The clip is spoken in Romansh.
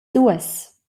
duas